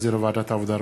שהחזירה ועדת העבודה,